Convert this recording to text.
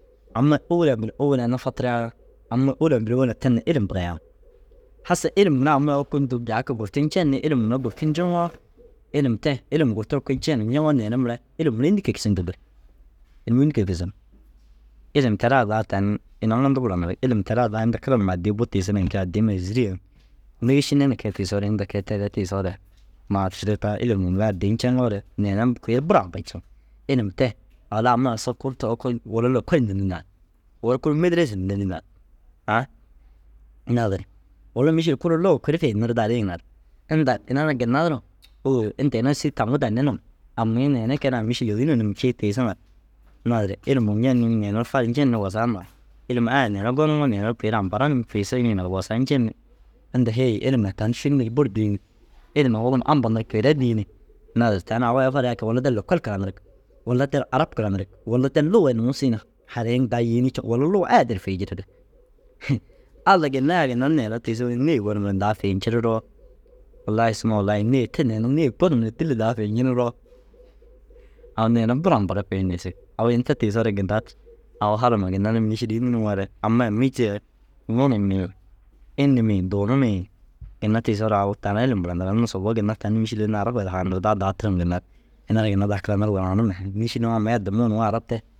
Amma ôwelan bil ôwelan nufatiyaa ôwolen bini ôwelen ten na ilim burayaan. Hassa ilim mire ama oko ndu jaaki gurti ncen ni ilimuu mire gurti ceŋoo ilim te ilima gurti oko ncen. Ñeŋoo neene mire ilimuu mire înni kee kisiŋ dudur? Ilimuu înni kee kisiŋ? Ilim te raa daa tan ina mundu buranirig. Ilim te raa daa inta kira numa addii bu tiisiriŋa kee addii mêzir yen. Nêešine na kee tiisoore inta ke- i tee re tiisoore Maašire ta ilimuu mire addii nceŋoore neene kui ru buru ampanciŋ. Ilim te walla ama ŋa usso kurtu oko wulla lokol nîrinaar. Wulla kuruur mêderesa nîrinaar. Aa naazire wulla mîšil kuruu ru luga kuri fi nirdaar yiŋa ru inda ina ara ginna duro ôo inta ini ai sîri taŋu danni num. Amii neere keenaa mîšil êgine num ncii tiisiŋa ru naazire ilimuu ñen ni neene ru faru ñen ni wasaga huma ru ilim ai neene goniŋoo neene ru kui ru ampare num tiisigi yinii wasaa ncen ni inta hêyi ilim ai tani sîri nir buru dîi ni ilima wob na ampa nir kuire dîi ni. Naazire tani au ai farigaa kee wulla der lokol kira nirig wulla der arab kiranirig wulla der luga ai nuŋu siin harayiŋ daa yêenii ciŋa wulla luga ai der fi jiririg. Hi Alla jan ai ginna ru neene tiisoo na nêe gonim ni daa fi nciriroo wallai suma wallai nêe te neene gonum ni dîlli daa fi nciriroo au neere buru ampare kui ru ntiisig. Au ini te tiisoore ginna ru au wal ma ginna na mîšil înni nuŋoore? Amai dêe muu ni num ên nimii duunumii ginna tiisoore au taara ilim buranirig. Unnu sobou ginna tani mîšil unnu arab ai haanirdaa daa tir ŋa ginna ru ina ara ginna daa kiranirde gor hee. Mîšil nuu amii addimuu nuu arab te